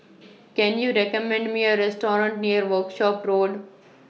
Can YOU recommend Me A Restaurant near Workshop Road